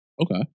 Okay